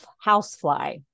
housefly